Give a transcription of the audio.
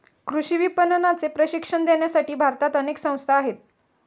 कृषी विपणनाचे प्रशिक्षण देण्यासाठी भारतात अनेक संस्था आहेत